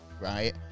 right